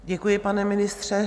Děkuji, pane ministře.